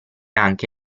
anche